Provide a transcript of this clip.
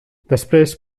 després